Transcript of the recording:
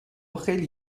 خیلی